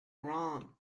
wrong